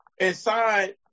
inside